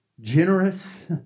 Generous